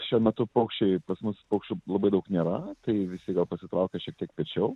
šiuo metu paukščiai pas mus paukščių labai daug nėra tai visi gal pasitraukė šiek tiek piečiau